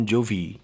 Jovi